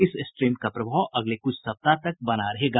इस स्ट्रीम का प्रभाव अगले कुछ सप्ताह तक बना रहेगा